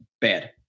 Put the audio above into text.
bad